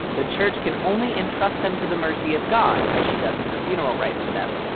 the church can only entrust them to the mercy of god as she does in her funeral rites for them.